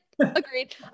Agreed